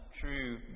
true